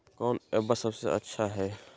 कौन एप्पबा सबसे अच्छा हय?